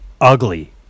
ugly